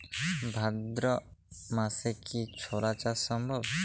ভাদ্র মাসে কি ছোলা চাষ সম্ভব?